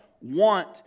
want